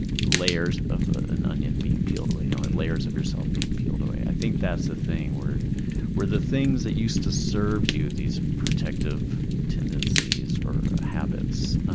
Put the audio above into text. layers of an onion being peeled away like layers of yourself being peeled away. i think that's the thing, where where the things that used to serve you, these protective tendencies or habits,